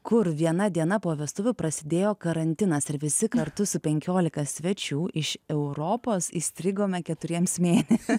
kur viena diena po vestuvių prasidėjo karantinas ir visi kartu su penkiolika svečių iš europos įstrigome keturiems mėnesia